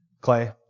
Clay